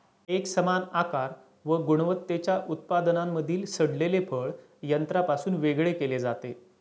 एकसमान आकार व गुणवत्तेच्या उत्पादनांमधील सडलेले फळ यंत्रापासून वेगळे केले जाते